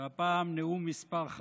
והפעם, נאום מס' 5,